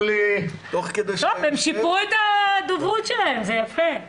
הם שיפרו את הדוברות שלהם, זה יפה.